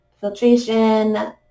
filtration